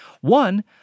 One